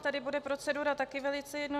Tady bude procedura taky velice jednoduchá.